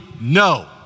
no